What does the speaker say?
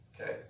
Okay